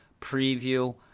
preview